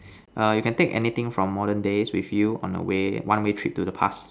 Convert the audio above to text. err you can take anything from modern days with you on the way one way trip to the past